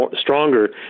stronger